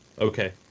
Okay